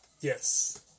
Yes